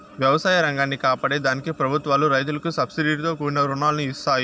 వ్యవసాయ రంగాన్ని కాపాడే దానికి ప్రభుత్వాలు రైతులకు సబ్సీడితో కూడిన రుణాలను ఇస్తాయి